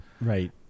Right